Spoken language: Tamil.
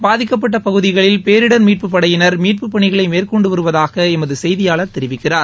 பாதிக்கப்பட்ட பகுதிகளில் பேரிடர் மீட்பு படையினர் மீட்பு பணிகளை மேற்கொண்டு வருவதாக எமது செய்தியாளர் தெரிவிக்கிறார்